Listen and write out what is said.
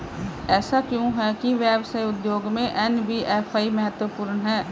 ऐसा क्यों है कि व्यवसाय उद्योग में एन.बी.एफ.आई महत्वपूर्ण है?